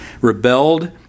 rebelled